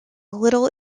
little